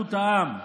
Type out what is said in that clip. באחדות האם,